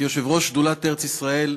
כיושב-ראש שדולת ארץ-ישראל,